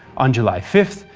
on july five,